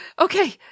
Okay